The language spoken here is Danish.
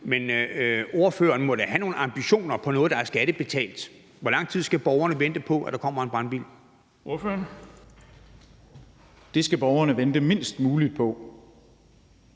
men ordføreren må da have nogle ambitioner på noget, der er skattebetalt. Hvor lang tid skal borgerne vente på, at der kommer en brandbil? Kl. 10:45 Den fg. formand (Erling